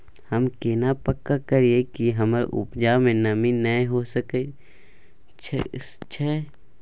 हम केना पक्का करियै कि हमर उपजा में नमी नय होय सके छै?